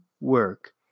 work